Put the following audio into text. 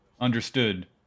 understood